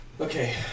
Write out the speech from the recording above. Okay